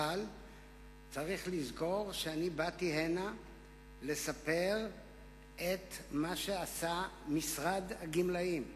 אבל צריך לזכור שאני באתי הנה לספר את מה שעשה משרד הגמלאים.